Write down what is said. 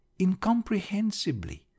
incomprehensibly